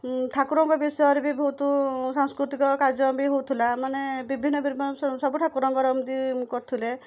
ଠାକୁରଙ୍କ ବିଷୟରେ ବି ବହୁତ ସାଂସ୍କୃତିକ କାର୍ଯ୍ୟକ୍ରମ ବି ହେଉଥିଲା ମାନେ ବିଭିନ୍ନ ପ୍ରକାର ମାନେ ସବୁ ଠାକୁରଙ୍କ ଏମିତି କରୁଥିଲେ